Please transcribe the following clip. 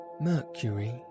Mercury